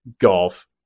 golf